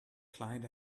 client